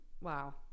Wow